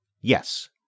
Yes